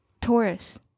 taurus